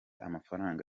amafaranga